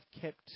kept